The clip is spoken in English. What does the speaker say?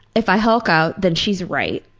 if i hulk out, then she is right.